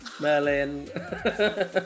Merlin